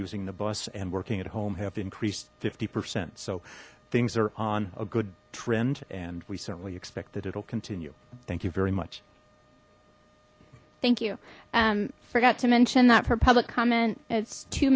using the bus and working at home have increased fifty percent so things are on a good trend and we certainly expect that it'll continue thank you very much thank you i forgot to mention that for public comment it's two